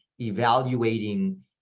evaluating